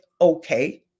okay